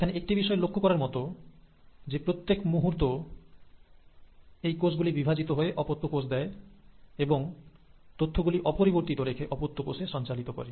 এখানে একটি বিষয় লক্ষ্য করার মতো যে প্রত্যেক মুহূর্তে এই কোষ গুলি বিভাজিত হয়ে অপত্য কোষ দেয় এবং তথ্য গুলি অপরিবর্তিত রেখে অপত্য কোষে সঞ্চালিত করে